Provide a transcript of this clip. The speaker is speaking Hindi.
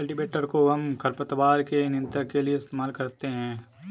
कल्टीवेटर कोहम खरपतवार के नियंत्रण के लिए इस्तेमाल करते हैं